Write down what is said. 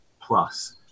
plus